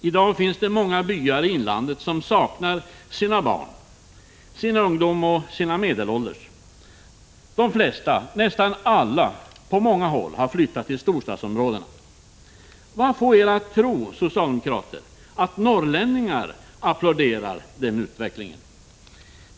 I dag finns det många byar i inlandet som saknar unga människor. På många håll har nästan alla barn, ungdomar och medelålders flyttat till storstadsområdena. Vad får er socialdemokrater att tro att norrlänningar applåderar den utvecklingen?